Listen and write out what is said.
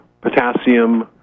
potassium